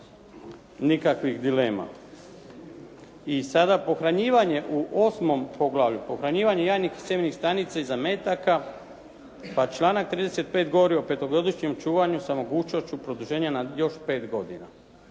nikakvih dilema. I sada pohranjivanje, u 8. poglavlju pohranjivanje jajnih i sjemenih stanica i zametaka pa članak 35. govori o petogodišnjem čuvanju sa mogućnošću produženja na još 5 godina.